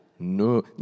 No